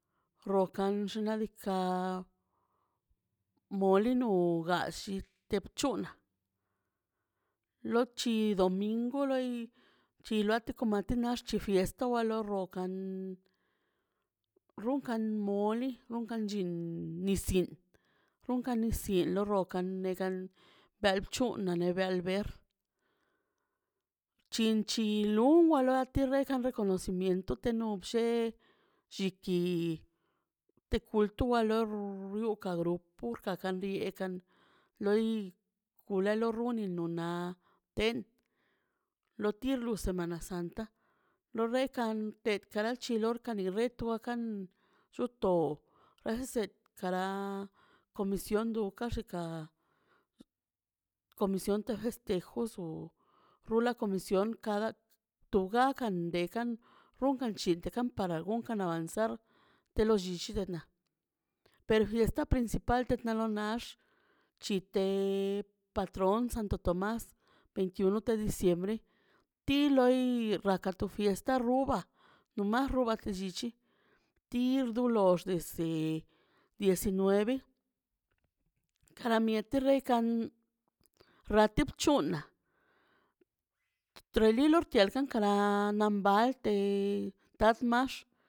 Rokan xinari na kal molino ga shi ga bc̱hunnaꞌ lochi domingu loi chi luate komate nax chi fiesta walo rokan runkan moli runka chin nis yiṉ runkan nis yin lo rokan le gal lo bc̱hunnaꞌnebel neber chin chil lumo loater reka te reconocimiento te no c̱he chiqui te kultua lor lo karo pur ka kandi e kand loi kulelo runnee nonaa ten lo tir lo semana santa lo rekan pek kara chilor kani rektwa kani shoto ese kara komision kasi ka komision tegeste juso rula komision kada to gakan dekan runkan chllil de campara gun kana avanzar de lo llillchnaꞌ per fiesta principal de lo no nax chite patron santo tomas veintiuno de diciembre tirlo i raka to fiesta ruba no ma ruba kuchilli tir dolo ichi diecinueve kara miete rate bchooṉaꞌ trelilo rtiarl kankala tian balte tial max.